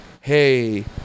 hey